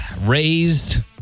raised